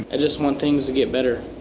ah just want things to get better.